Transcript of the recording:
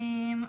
בלבד.